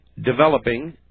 developing